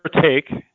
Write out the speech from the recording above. take